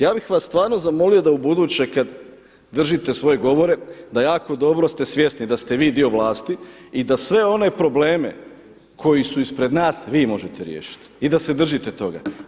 Ja bih vas stvarno zamolio da ubuduće kad držite svoje govore da jako dobro ste svjesni da ste vi dio vlasti i da sve one probleme koji su ispred nas vi možete riješiti i da se držite toga.